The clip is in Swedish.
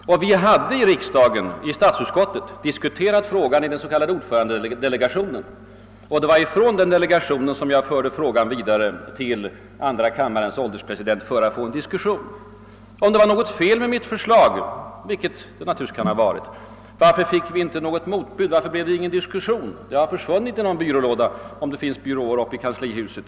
Vi hade dessförinnan i riksdagen — i statsutskottet — diskuterat frågan i den s.k. ordförandedelegationen. Det var från den delegationen som jag förde frågan vidare till andra kammarens ålderspresident för att få en debatt. Om det var något fel med mitt förslag, vilket det naturligtvis kan ha varit, varför fick jag inte något motbud? Varför fick jag inte något alternativ? Förslaget har tydligen försvunnit i någon byrålåda, om det finns byråar uppe i kanslihuset.